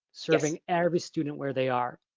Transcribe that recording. serving every student where they are.